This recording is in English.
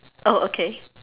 oh okay